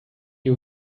you